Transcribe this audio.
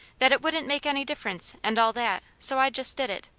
that it wouldn't make any difference, and all that, so i just did it.